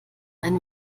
eine